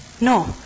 No